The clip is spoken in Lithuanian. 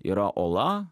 yra ola